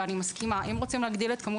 ואני מסכימה אם רוצים להגדיל את מספר